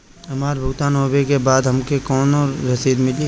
हमार भुगतान होबे के बाद हमके कौनो रसीद मिली?